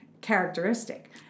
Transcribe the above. characteristic